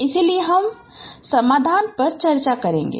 इसलिए हम समाधान पर चर्चा करेंगे